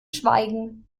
schweigen